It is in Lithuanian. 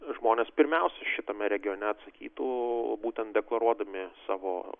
žmonės pirmiausia šitame regione atsakytų būtent deklaruodami savo